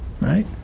right